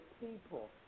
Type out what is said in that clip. people